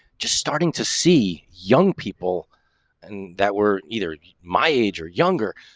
just starting to see young people and that were either my age or younger.